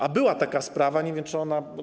A była taka sprawa, nie wiem, czy ona.